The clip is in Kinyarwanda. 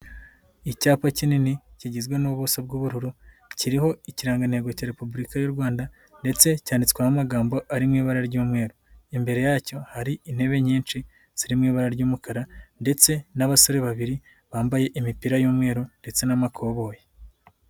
Icyapa kinini kigizwe n'ubuso bw'ubururu, kiriho ikirangantego cya repubulika y'u Rwanda, ndetse cyanditsweho amagambo ari mu ibara ry'umweru, imbere yacyo hari intebe nyinshi zirimo ibara ry'umukara, ndetse n'abasore babiri bambaye imipira y'umweru, ndetse n'amakoboyi.